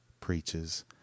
preaches